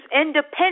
independent